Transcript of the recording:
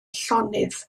llonydd